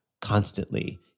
constantly